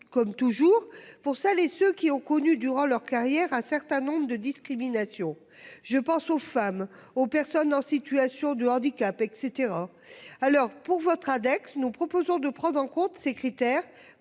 comme toujours pour celles et ceux qui ont connu durant leur carrière un certain nombre de discrimination. Je pense aux femmes, aux personnes en situation de handicap, etc. Alors pour votre Addex. Nous proposons de prendre en compte ces critères